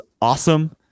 awesome